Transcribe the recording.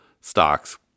stocks